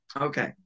okay